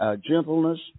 gentleness